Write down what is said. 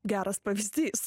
geras pavyzdys